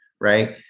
right